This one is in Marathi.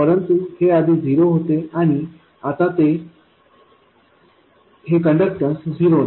परंतु हे आधी झिरो होते आणि आता हे कण्डक्टॅन्स झिरो नाही